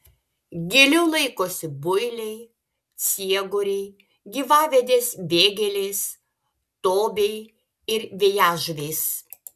giliau laikosi builiai ciegoriai gyvavedės vėgėlės tobiai ir vėjažuvės